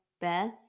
Beth